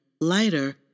lighter